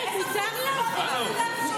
יש דברים שאסור להגיד אותם.